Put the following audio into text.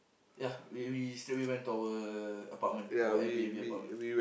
ya we we straightaway went to our apartment our Air-B_N_B apartment